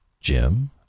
Jim